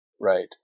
right